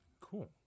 Cool